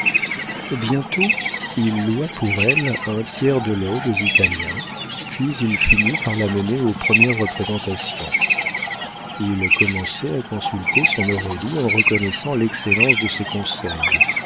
bientôt il loua pour elle un tiers de loge aux italiens puis il finit par la mener aux premières représentations il commençait à consulter son aurélie en reconnaissant l'excellence de ses conseils